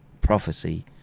prophecy